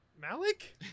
malik